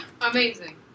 Amazing